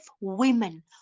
women